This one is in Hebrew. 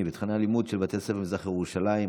בתוכני הלימוד של בתי הספר במזרח ירושלים,